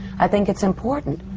i think it's important.